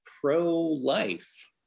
pro-life